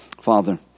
Father